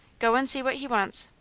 go and see what he wants.